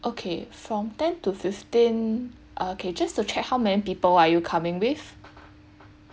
okay from ten to fifteen err okay just to track how many people are you coming with